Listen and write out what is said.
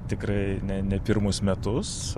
tikrai ne ne pirmus metus